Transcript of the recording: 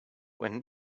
when